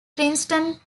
princeton